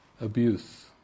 abuse